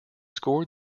score